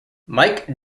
mike